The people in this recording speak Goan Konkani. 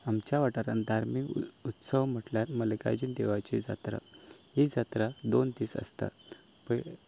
आमच्या वाठारांत धार्मीक उत्सव म्हटल्यार मल्लिकार्जून देवळाची जात्रा ही जात्रा दोन दीस आसतात पयली